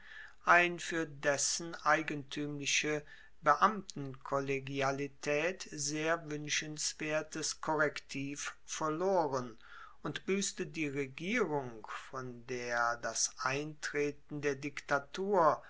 ein fuer dessen eigentuemliche beamtenkollegialitaet sehr wuenschenswertes korrektiv verloren und buesste die regierung von der das eintreten der diktatur